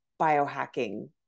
biohacking